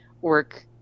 work